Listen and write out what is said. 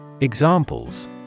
Examples